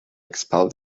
expel